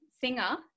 singer